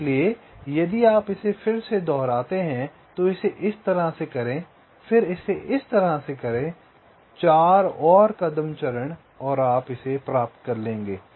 इसलिए यदि आप इसे फिर से दोहराते हैं तो इसे इस तरह से करें फिर इसे इस तरह से करें 4 और कदमचरण और आप इसे प्राप्त कर लेंगे